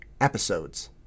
episodes